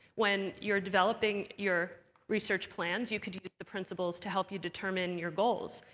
when you're developing your research plans, you could use the principles to help you determine your goals.